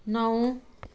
नौ